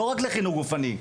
לא רק לחינוך גופני.